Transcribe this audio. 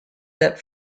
that